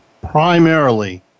primarily